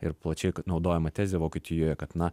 ir plačiai naudojama tezė vokietijoje kad na